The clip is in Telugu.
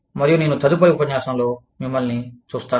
మరియు నేను తదుపరి ఉపన్యాసంలో మిమ్మల్ని చూస్తాను